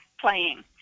playing